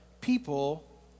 people